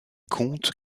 compte